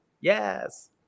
Yes